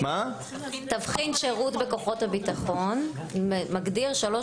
תבחין שירות בכוחות הביטחון מגדיר שלוש